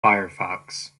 firefox